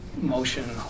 motion